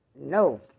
No